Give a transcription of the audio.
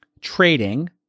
trading